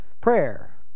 prayer